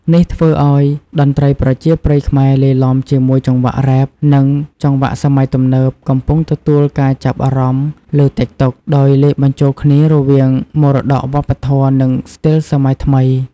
នេះធ្វើឲ្យតន្ត្រីប្រជាប្រិយខ្មែរលាយឡំជាមួយចង្វាក់រ៉េប និងចង្វាក់សម័យទំនើប កំពុងទទួលការចាប់អារម្មណ៍លើ តិកតុក ដោយលាយបញ្ចូលគ្នារវាងមរតកវប្បធម៌ និងស្ទីលសម័យថ្មី។